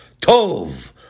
Tov